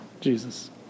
Jesus